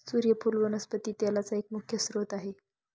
सुर्यफुल वनस्पती तेलाचा एक मुख्य स्त्रोत आहे